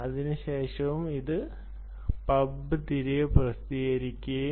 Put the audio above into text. അതിനുശേഷം അത് പബ് തിരികെ പ്രസിദ്ധീകരിക്കും